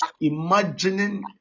imagining